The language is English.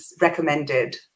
recommended